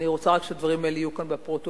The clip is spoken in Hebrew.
אני רוצה שהדברים האלה יהיו כאן בפרוטוקול,